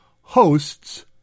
hosts